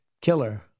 killer